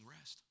rest